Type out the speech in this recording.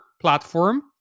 platform